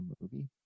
movie